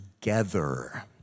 together